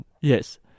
Yes